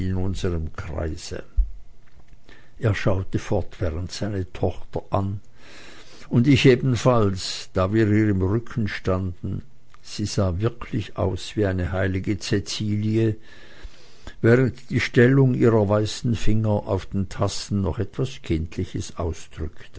in unserm kreise er schaute fortwährend seine tochter an und ich ebenfalls da wir ihr im rücken standen sie sah wirklich aus wie eine heilige cäcilie während die stellung ihrer weißen finger auf den tasten noch etwas kindliches ausdrückte